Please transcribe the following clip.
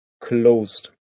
closed